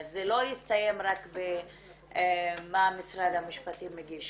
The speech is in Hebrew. זה לא יסתיים רק במה משרד המשפטים הגיש.